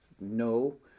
No